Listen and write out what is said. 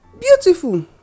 Beautiful